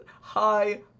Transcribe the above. Hi